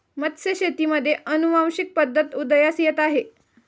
मत्स्यशेतीमध्ये अनुवांशिक पद्धत उदयास येत आहे